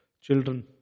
children